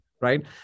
right